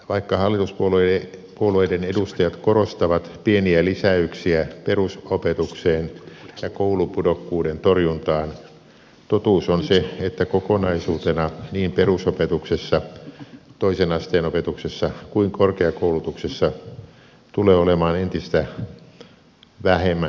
vaikka hallituspuolueiden edustajat korostavat pieniä lisäyksiä perusopetukseen ja koulupudokkuuden torjuntaan totuus on se että kokonaisuutena niin perusopetuksessa toisen asteen opetuksessa kuin korkeakoulutuksessa tulee olemaan entistä vähemmän rahaa käytettävissä